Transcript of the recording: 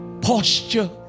posture